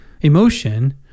emotion